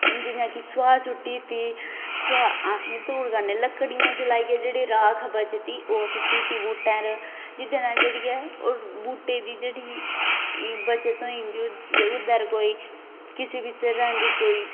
जियां कि सुआह् सुट्टी दित्ती सुआह् लकडियां जलाने जेहड़ी राख बचदी ओह् सुट्टी दित्ती बूहटे उपर जेहदे कन्नै जेहडी ऐ ओह् बूहटे दी जेहडी़ बचत होई जंदी ओहदे उपर कोई किसे बी तरह दी कोई